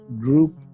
group